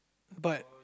but